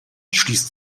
schließt